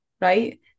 right